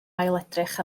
ailedrych